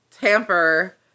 tamper